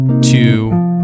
two